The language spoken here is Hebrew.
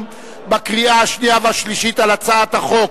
בקריאה השנייה והשלישית על הצעת החוק,